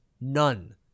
None